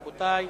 רבותי,